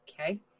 Okay